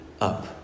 up